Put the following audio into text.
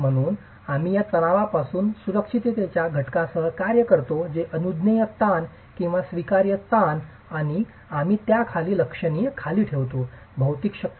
म्हणून आम्ही या तणावातून सुरक्षिततेच्या घटकासह कार्य करतो जे अनुज्ञेय ताण किंवा स्वीकार्य ताण आणि आम्ही त्या खाली लक्षणीय खाली ठेवतो भौतिक शक्ती